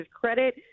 credit